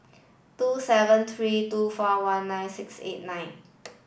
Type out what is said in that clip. two seven three two four one nine six eight nine